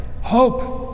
hope